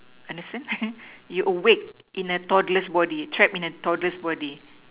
understand you awake in a toddler's body trapped in a toddler's body